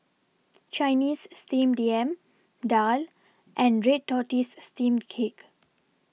Chinese Steamed Yam Daal and Red Tortoise Steamed Cake